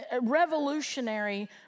revolutionary